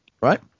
right